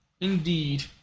Indeed